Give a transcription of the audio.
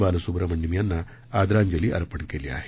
बालसुब्रमण्यम यांना आदरांजली अर्पण केली आहे